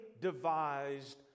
devised